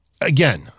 again